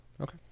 Okay